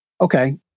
okay